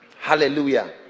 hallelujah